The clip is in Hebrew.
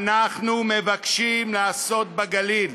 אנחנו מבקשים לעשות בגליל.